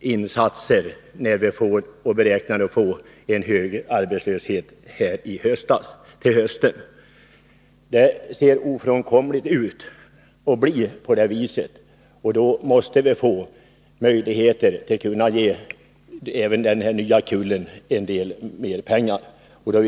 insatser när vi beräknar att få en hög arbetslöshet till hösten. Det ser ofrånkomligt ut och kommer förmodligen att bli så, och därför måste vi få möjligheter att kunna ge även den nya kullen sysselsättningsmöjligheter genom att bevilja pengar.